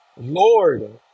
Lord